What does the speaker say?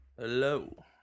Hello